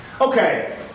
Okay